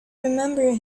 remember